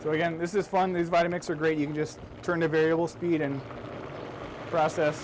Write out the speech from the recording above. so again this is fun these vitamins are great you can just turn a variable speed and process